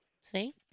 See